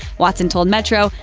watson told metro,